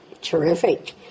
Terrific